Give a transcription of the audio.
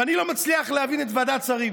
ואני לא מצליח להבין את ועדת השרים,